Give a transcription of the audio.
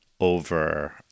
over